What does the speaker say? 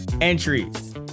entries